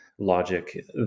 Logic